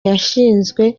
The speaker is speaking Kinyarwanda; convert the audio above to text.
yashinzwe